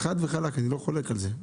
חד וחלק אני לא חולק על זה,